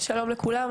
שלום לכולם.